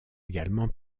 également